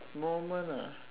moment ah